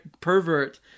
pervert